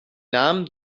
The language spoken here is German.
namen